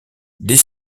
des